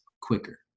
quicker